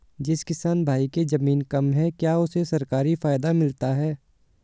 जिस किसान भाई के ज़मीन कम है क्या उसे सरकारी फायदा मिलता है?